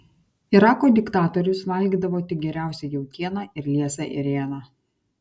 irako diktatorius valgydavo tik geriausią jautieną ir liesą ėrieną